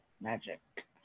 magic